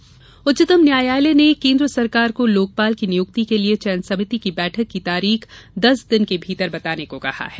लोकपाल उच्चतम न्यायालय ने केन्द्र सरकार को लोकपाल की नियुक्ति के लिए चयन समिति की बैठक की तारीख दस दिन के भीतर बताने को कहा है